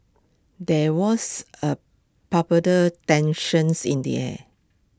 there was A palpable tensions in the air